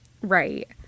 Right